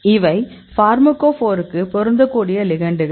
இவை ஃபார்மகோபோருக்கு பொருந்தக்கூடிய லிகெண்டுகள்